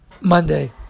Monday